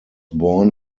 born